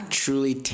truly